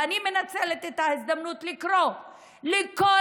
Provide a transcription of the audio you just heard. ואני מנצלת את ההזדמנות לקרוא לכל